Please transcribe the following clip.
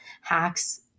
hacks